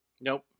Nope